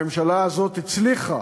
הממשלה הזו הצליחה,